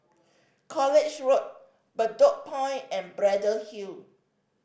College Road Bedok Point and Braddell Hill